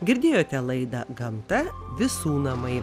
girdėjote laidą gamta visų namai